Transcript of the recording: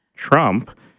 Trump